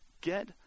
Get